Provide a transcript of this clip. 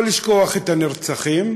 לא לשכוח את הנרצחים,